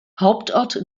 hauptort